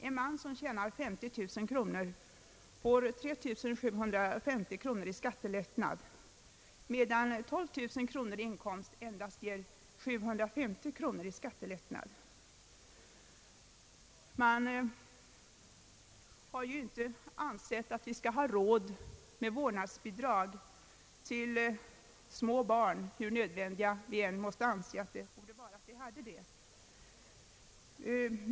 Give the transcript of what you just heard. En man som tjänar 590 000 kronor får 3 750 kronor i skattelättnad, medan en med 12000 kronor endast får 750 kronor i skattelättnad. Man har ansett att vi nu inte har råd med vårdnadsbidrag till små barn, hur nödvändigt vi än kan anse detia vara.